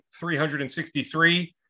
363